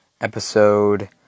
episode